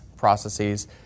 processes